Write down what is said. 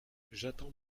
j’attends